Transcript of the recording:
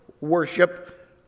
worship